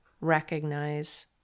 recognize